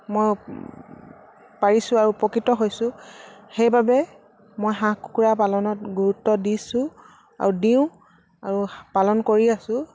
মই পাৰিছো আৰু উপকৃত হৈছো সেইবাবে মই হাঁহ কুকুৰা পালনত গুৰুত্ব দিছো আৰু দিওঁ আৰু পালন কৰি আছো